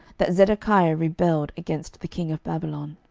that zedekiah rebelled against the king of babylon.